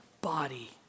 body